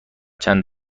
چند